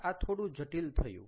આ થોડું જટિલ થયું